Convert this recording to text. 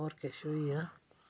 होर किश होई गेआ